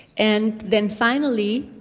and then finally,